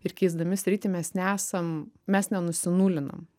ir keisdami sritį mes nesam mes nenusinulinam